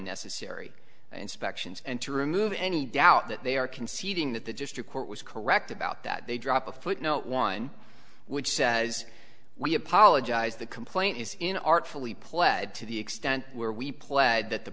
unnecessary inspections and to remove any doubt that they are conceding that the district court was correct about that they drop a footnote one which says we apologize the complaint is in artfully pled to the extent where we pled that the